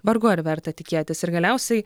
vargu ar verta tikėtis ir galiausiai